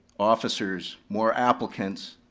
officers, more applicants,